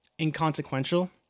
inconsequential